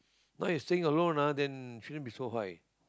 now you staying alone ah then shouldn't be so high